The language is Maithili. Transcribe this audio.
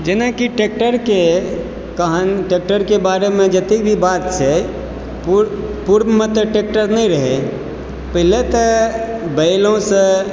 जेनाकि ट्रैक्टरके ट्रैक्टरके बारेमे जतेक भी बात छै पूर्वमऽ तऽ ट्रैक्टर नहि रहय पहिले तऽ बैलोसँ